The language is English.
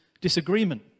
disagreement